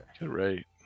right